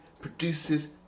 produces